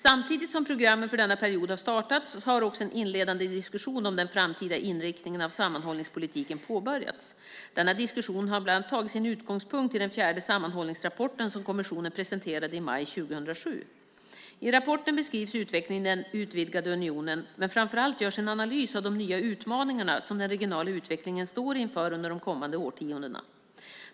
Samtidigt som programmen för denna period startats har också en inledande diskussion om den framtida inriktningen av sammanhållningspolitiken påbörjats. Denna diskussion har bland annat tagit sin utgångspunkt i den fjärde sammanhållningsrapporten som kommissionen presenterade i maj 2007. I rapporten beskrivs utvecklingen i den utvidgade unionen, men framför allt görs en analys av de nya utmaningar som den regionala utvecklingen står inför under de kommande årtiondena.